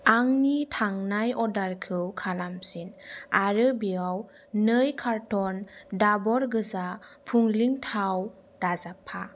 आंनि थांनाय अर्डारखौ खालामफिन आरो बेयाव नै कार्टन दाबर गोजा पुलिं थाव दाजाबफा